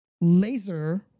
laser